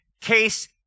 Case